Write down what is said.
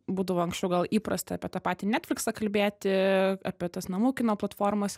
būdavo anksčiau gal įprasta apie tą patį netfliksą kalbėti apie tas namų kino platformas